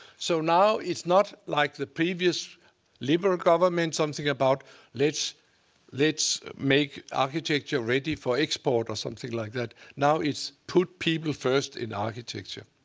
so now it's not like the previous labor government, something about let's let's make architecture ready for export or something like that. now it's put people first in architecture.